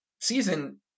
season